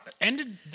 Ended